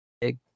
big